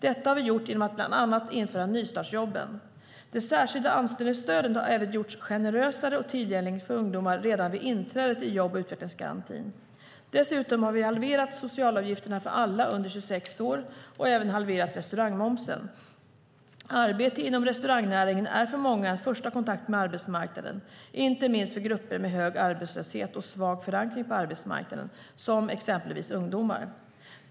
Detta har vi gjort genom att bland annat införa nystartsjobben. Det särskilda anställningsstödet har även gjorts generösare och tillgängligt för ungdomar redan vid inträdet i jobb och utvecklingsgarantin. Dessutom har vi halverat socialavgifterna för alla under 26 år och även halverat restaurangmomsen. Arbete inom restaurangnäringen är för många en första kontakt med arbetsmarknaden, inte minst för grupper med hög arbetslöshet och svag förankring på arbetsmarknaden, som exempelvis ungdomar.